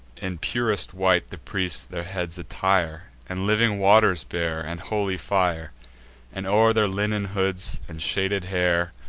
in purest white the priests their heads attire and living waters bear, and holy fire and, o'er their linen hoods and shaded hair,